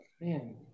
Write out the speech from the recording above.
man